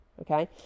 okay